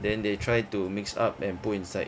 then they try to mix up and put inside